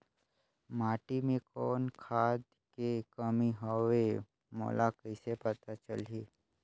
माटी मे कौन खाद के कमी हवे मोला कइसे पता चलही?